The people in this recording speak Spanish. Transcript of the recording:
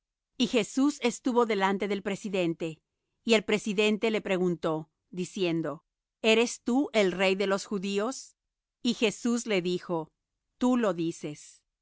y jesús estuvo delante del presidente y el presidente le preguntó diciendo eres tú el rey de los judíos y jesús le dijo tú lo dices